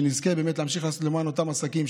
שנזכה באמת להמשיך לעשות למען אותם עסקים,